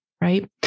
right